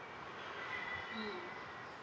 mm